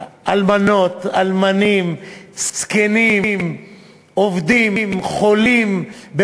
אלמנות, אלמנים, זקנים, עובדים, חולים.